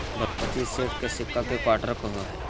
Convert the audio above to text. dollar पच्चीस cent के सिक्का के क्वार्टर कहो हइ